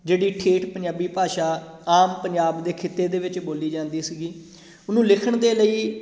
ਜਿਹੜੀ ਠੇਠ ਪੰਜਾਬੀ ਭਾਸ਼ਾ ਆਮ ਪੰਜਾਬ ਦੇ ਖਿੱਤੇ ਦੇ ਵਿੱਚ ਬੋਲੀ ਜਾਂਦੀ ਸੀਗੀ ਉਹਨੂੰ ਲਿਖਣ ਦੇ ਲਈ